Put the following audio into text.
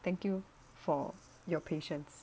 thank you for your patience